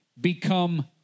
become